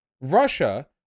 Russia